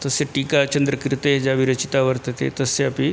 तस्याः टीका चन्द्रकृतेजः विरचिता वर्तते तस्याः अपि